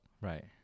Right